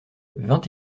vingt